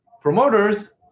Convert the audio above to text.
Promoters